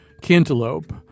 cantaloupe